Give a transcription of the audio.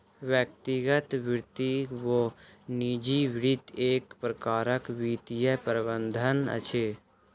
व्यक्तिगत वित्त वा निजी वित्त एक प्रकारक वित्तीय प्रबंधन अछि